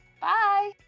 bye